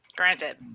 Granted